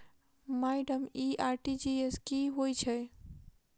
Madam इ RTGS की होइ छैय?